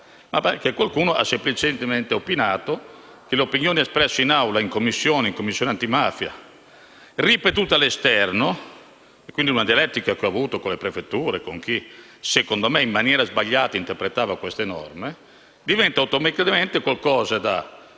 ma perché qualcuno ha semplicemente opinato che le opinioni espresse in Aula, in Commissione o in Commissione antimafia, ripetute all'esterno, in una dialettica con le prefetture e con chi, secondo me in maniera sbagliata, interpretava queste norme, diventano automaticamente qualcosa da